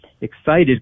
excited